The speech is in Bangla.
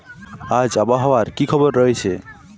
আজ আবহাওয়ার কি খবর রয়েছে?